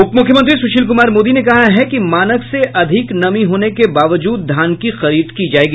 उप मुख्यमंत्री सुशील कुमार मोदी ने कहा है कि मानक से अधिक नमी होने के बावजूद धान की खरीद की जायेगी